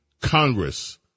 Congress